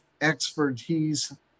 expertise